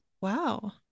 wow